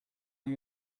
you